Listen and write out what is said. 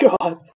God